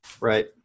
Right